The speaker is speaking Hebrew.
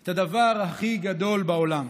את הדבר הכי גדול בעולם,